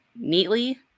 neatly